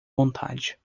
vontade